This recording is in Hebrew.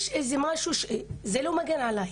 יש משהו בזה, שזה לא מגן עליי